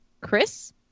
chris